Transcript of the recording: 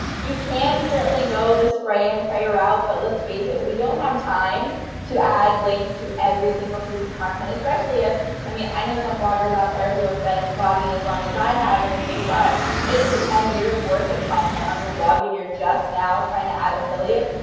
you can certainly go the spray and pray route. but let's face it, we don't have time to add links to every single piece of content, especially if i mean, i know some bloggers out there who have been blogging as long as i have. and if you've got eight to ten years worth of content on your blog and you're just now trying to add affiliates,